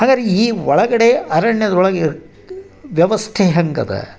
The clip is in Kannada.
ಹಾಗಾರೆ ಈ ಒಳಗಡೆ ಅರಣ್ಯದ ಒಳಗೆ ಇರ್ಕ ವ್ಯವಸ್ಥೆ ಹೆಂಗೆ ಅದ